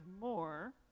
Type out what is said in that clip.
more